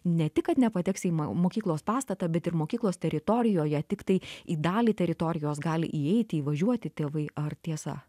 ne tik kad nepateksi į mokyklos pastatą bet ir mokyklos teritorijoje tiktai į dalį teritorijos gali įeiti įvažiuoti tėvai ar tiesa